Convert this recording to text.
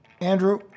Andrew